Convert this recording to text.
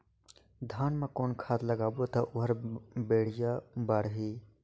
धान मा कौन खाद लगाबो ता ओहार बेडिया बाणही?